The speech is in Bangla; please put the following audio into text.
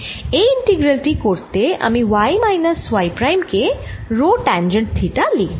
এই ইন্টিগ্রাল টি করতে আমি y মাইনাস y প্রাইম কে রো ট্যানজেন্ট থিটা লিখব